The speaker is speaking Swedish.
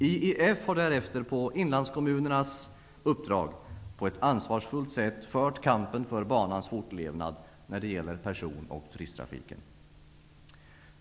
IEF har därefter på inlandskommunernas uppdrag på ett ansvarsfullt sätt fört kampen för banans fortlevnad när det gäller person och turisttrafiken.